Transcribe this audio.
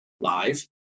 live